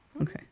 Okay